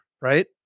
right